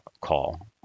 call